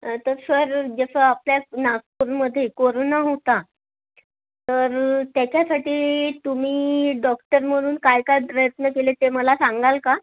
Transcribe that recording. तर सर जसं आपल्या नागपूरमध्ये कोरोना होता तर त्याच्यासाठी तुम्ही डॉक्टर म्हणून काय काय प्रयत्न केले ते मला सांगाल का